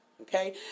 okay